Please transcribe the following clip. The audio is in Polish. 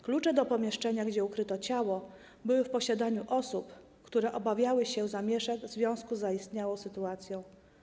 Klucze do pomieszczenia, gdzie ukryto ciało, były w posiadaniu osób, które obawiały się zamieszek w związku z zaistniałą sytuacją.